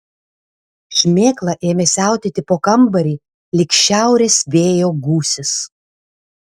šmėkla ėmė siautėti po kambarį lyg šiaurės vėjo gūsis